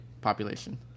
population